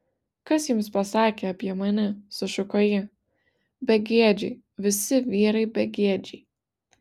kas jums pasakė apie mane sušuko ji begėdžiai visi vyrai begėdžiai